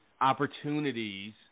opportunities